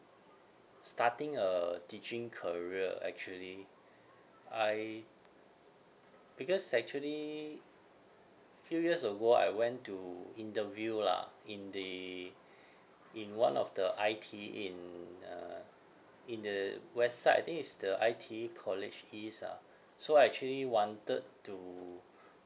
starting a teaching career actually I because actually few years ago I went to interview lah in the in one of the I_T_E in uh in the west side I think is the I_T_E college east ah so I actually wanted to